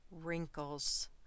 wrinkles